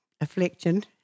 affliction